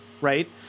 right